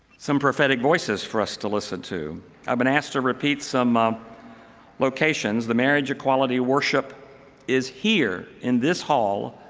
some prophetic voices for us to listen. to i've been asked to repeated some locations. the marriage equality worship is here in this hall